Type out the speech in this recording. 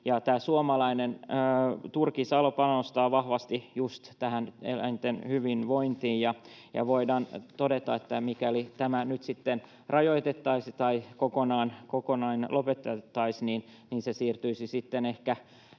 suomalainen turkisala panostaa vahvasti just eläinten hyvinvointiin. Voidaan todeta, että mikäli tätä nyt sitten rajoitettaisiin tai kokonaan lopetettaisiin, se siirtyisi